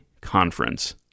Conference